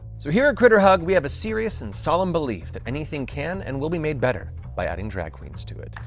so here at critter hug, we have a serious and solemn belief that anything can and will be made better by adding drag queens to it.